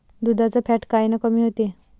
दुधाचं फॅट कायनं कमी होते?